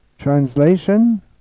Translation